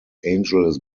angeles